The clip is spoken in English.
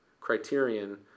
criterion